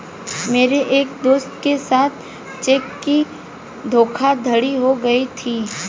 मेरे एक दोस्त के साथ चेक की धोखाधड़ी हो गयी थी